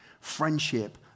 Friendship